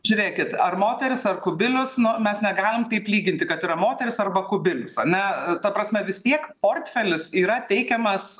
žiūrėkit ar moteris ar kubilius nu mes negalim taip lyginti kad yra moteris arba kubilius ar ne ta prasme vis tiek portfelis yra teikiamas